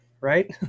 right